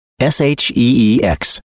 S-H-E-E-X